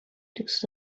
دوست